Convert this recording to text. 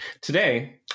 Today